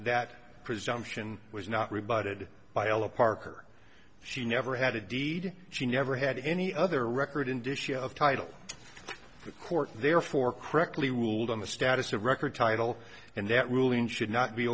that presumption was not rebutted by a law parker she never had a deed she never had any other record indicia of title the court therefore correctly ruled on the status of record title and that ruling should not be